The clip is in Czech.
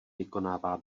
vykonává